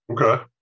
okay